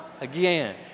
again